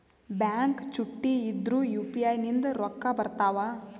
Bank ಚುಟ್ಟಿ ಇದ್ರೂ UPI ನಿಂದ ರೊಕ್ಕ ಬರ್ತಾವಾ?